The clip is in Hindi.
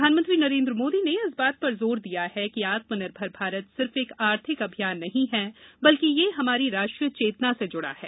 मन की बात प्रधानमंत्री नरेन्द्र मोदी ने इस बात पर जोर दिया है कि आत्मनिर्भर भारत सिर्फ एक आर्थिक अभियान नहीं है बल्कि यह हमारी राष्ट्रीय चेतना से जुड़ा है